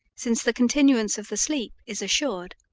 since the continuance of the sleep is assured.